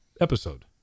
episode